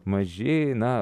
maži na